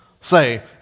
Say